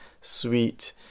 sweet